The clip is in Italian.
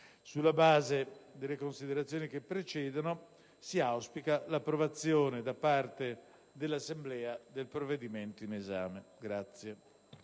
Sulla base delle considerazioni che precedono, si auspica l'approvazione da parte dell'Assemblea del provvedimento in esame.